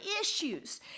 issues